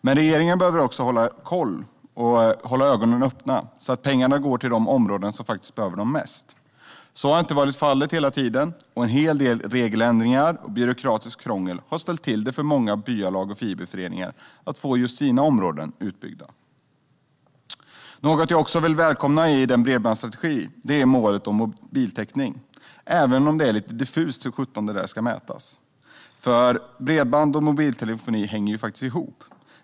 Men regeringen behöver ha koll och hålla ögonen öppna så att pengarna går till de områden som behöver dem mest. Så har inte varit fallet hela tiden, och en hel del regeländringar och byråkratiskt krångel har ställt till det för många byalag och fiberföreningar när det gäller att få just deras områden utbyggda. Något som jag vill välkomna i bredbandsstrategin är målet om mobiltäckning, även om det är lite diffust hur sjutton det ska mätas. För bredband och mobiltelefoni hänger ihop.